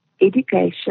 education